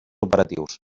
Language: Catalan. operatius